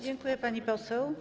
Dziękuję, pani poseł.